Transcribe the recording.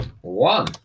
one